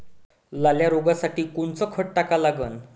लाल्या रोगासाठी कोनचं खत टाका लागन?